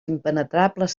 impenetrables